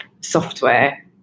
software